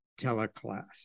teleclass